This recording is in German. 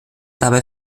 dabei